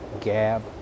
gab